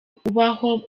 ubaho